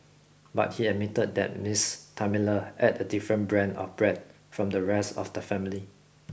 but he admitted that Miss Thelma ate a different brand of bread from the rest of the family